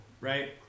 right